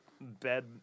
bed